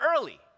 early